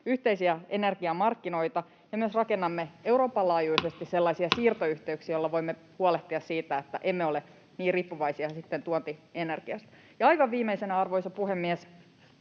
yhteisiä energiamarkkinoita ja myös rakennamme Euroopan laajuisesti sellaisia siirtoyhteyksiä, joilla voimme huolehtia siitä, että emme ole niin riippuvaisia sitten tuontienergiasta. Ja aivan viimeisenä, arvoisa puhemies,